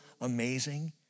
amazing